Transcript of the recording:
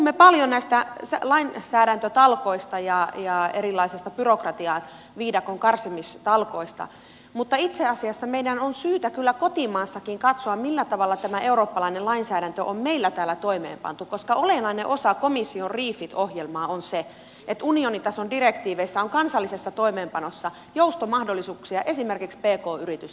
me puhumme paljon näistä lainsäädäntötalkoista ja erilaisista byrokratian viidakon karsimistalkoista mutta itse asiassa meidän on syytä kyllä kotimaassakin katsoa millä tavalla tämä eurooppalainen lainsäädäntö on meillä täällä toimeenpantu koska olennainen osa komission refit ohjelmaa on se että unionitason direktiiveissä on kansallisessa toimeenpanossa joustomahdollisuuksia esimerkiksi pk yritysten osalta